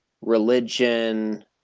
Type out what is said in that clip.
religion